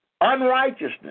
unrighteousness